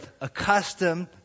accustomed